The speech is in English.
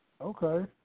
Okay